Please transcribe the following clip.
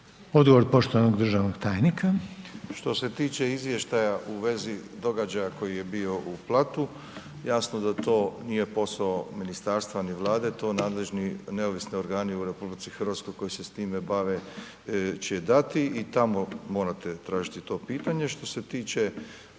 Odgovor poštovanog državnog tajnika. **Milatić, Ivo** Što se tiče izvještaja u vezi događaja koji je bio u Platu, jasno da to nije posao ministarstva ni Vlade, to nadležni neovisni organi u RH koji se s time bave će dati i tamo morate tražiti to pitanje. Što se tiče